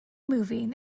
moving